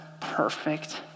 perfect